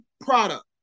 product